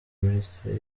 minisiteri